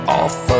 off